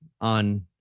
on